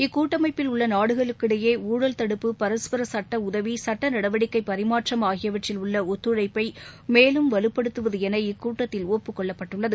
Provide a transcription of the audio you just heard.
இக்கூட்டமைப்பில் உள்ளநாடுகளுக்கிடையேஊழல் தடுப்பு பரஸ்பரசட்டஉதவி சட்டநடவடிக்கைபரிமாற்றம் ஆகியவற்றில் உள்ளஒத்துழைப்பைமேலும் வலுப்படுத்துவதுளன இக்கூட்டத்தில் ஒப்புக்கொள்ளப்பட்டுள்ளது